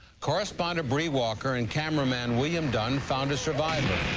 correspondent bree walker and cameraman william dunn found survivor,